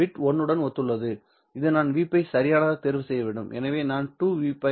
bit 1 உடன் ஒத்துள்ளது இதை நான் V π சரியானதாக தேர்வு செய்ய வேண்டும் எனவே நான் 2V π